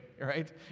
right